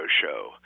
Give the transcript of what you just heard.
Show